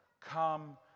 come